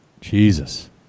Jesus